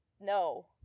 no